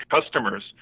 customers